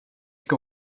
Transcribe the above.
ska